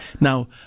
Now